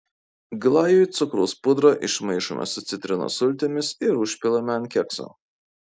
glajui cukraus pudrą išmaišome su citrinos sultimis ir užpilame ant kekso